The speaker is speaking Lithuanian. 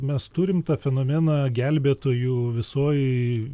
mes turim tą fenomeną gelbėtojų visoj